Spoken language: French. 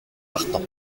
partant